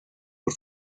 por